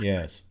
Yes